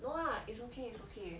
no lah it's ok it's ok